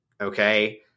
okay